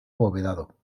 abovedado